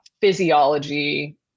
physiology